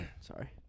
Sorry